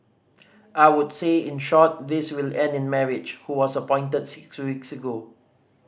I would say in short this will end in marriage who was appointed six weeks ago